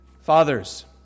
Fathers